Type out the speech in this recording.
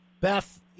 Beth